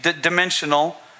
dimensional